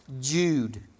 Jude